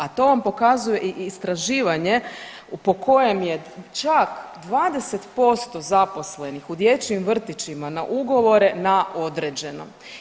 A to vam pokazuje i istraživanje po kojem je čak 20% zaposlenih u dječjim vrtićima na ugovore na određeno.